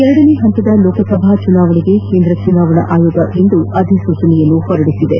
ಎರಡನೇ ಹಂತದ ಲೋಕಸಭಾ ಚುನಾವಣಿಗೆ ಕೇಂದ ಚುನಾವಣಾ ಆಯೋಗ ಇಂದು ಅಧಿಸೂಚನೆ ಹೊರಡಿಸಿದೆ